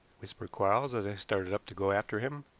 whispered quarles, as i started up to go after him.